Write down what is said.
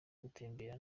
gutembera